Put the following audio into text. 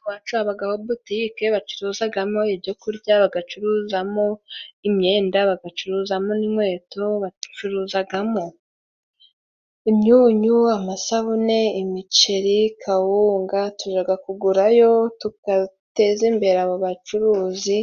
Iwacu habagaho butike, bacuruzagamo ibyo kurya, bagacuruzamo, imyenda, bagacuruzamo n'inkweto ,bacuruzagamo: imyunyu, amasabune, imiceri, kawunga tujaga kugurayo ,tukateza imbere abo bacuruzi,